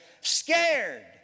scared